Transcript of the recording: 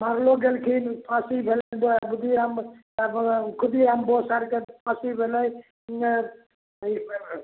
मारलो गेलखिन फाँसी भेलै खुदी राम बोस आरके फाँसी भेलै